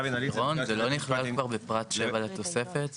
לירון, זה לא נכלל כבר בפרט 7 לתוספת?